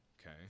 okay